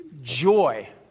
joy